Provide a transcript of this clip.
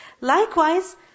Likewise